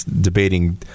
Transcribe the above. debating